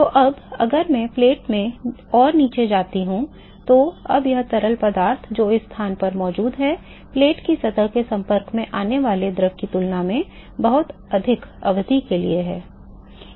तो अब अगर मैं प्लेट में और नीचे जाता हूं तो अब यह तरल पदार्थ जो इस स्थान पर मौजूद है प्लेट की सतह के संपर्क में आने वाले द्रव की तुलना में बहुत अधिक अवधि के लिए है